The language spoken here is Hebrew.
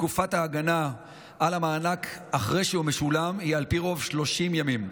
תקופת ההגנה על המענק אחרי שהוא משולם היא על פי רוב 30 ימים.